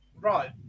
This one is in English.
Right